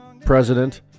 president